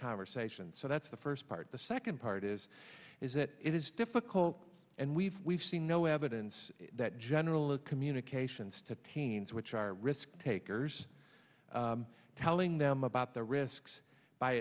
conversation so that's the first part the second part is is that it is difficult and we've seen no evidence that general communications to teens which are risk takers telling them about the risks by